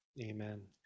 amen